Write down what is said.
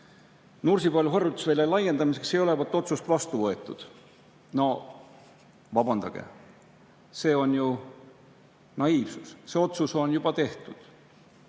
Nursipalu harjutusvälja laiendamiseks ei olevat otsust vastu võetud. No vabandage, see on ju naiivsus. See otsus on juba tehtud.